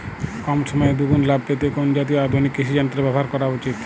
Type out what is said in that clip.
কম সময়ে দুগুন লাভ পেতে কোন জাতীয় আধুনিক কৃষি যন্ত্র ব্যবহার করা উচিৎ?